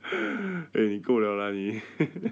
eh 你够 liao lah 你